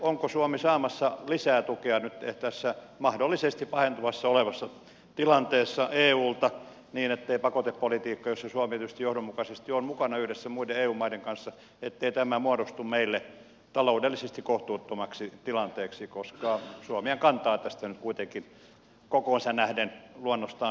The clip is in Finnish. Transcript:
onko suomi saamassa eulta lisää tukea nyt tässä mahdollisesti pahentumassa olevassa tilanteessa niin ettei pakotepolitiikka jossa suomi tietysti johdonmukaisesti on mukana yhdessä muiden eu maiden kanssa muodostu meille taloudellisesti kohtuuttomaksi tilanteeksi koska suomihan kantaa tästä nyt kuitenkin kokoonsa nähden luonnostaan suuremman osan